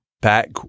back